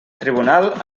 tribunal